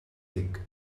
tic